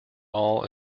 all